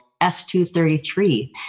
S-233